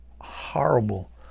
horrible